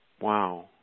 Wow